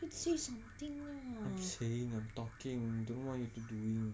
just say something lah